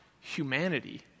humanity